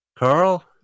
Carl